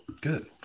Good